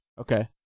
Okay